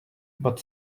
but